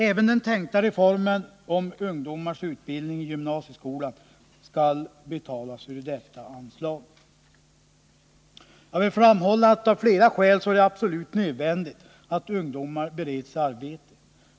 Även den föreslagna reformen om ungdomars utbildning i gymnasieskolan skall betalas ur detta anslag. Jag vill framhålla att det av flera skäl är absolut nödvändigt att ungdomar bereds arbete.